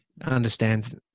understands